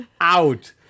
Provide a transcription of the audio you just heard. out